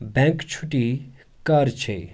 Bank چھُٹی کر چھے؟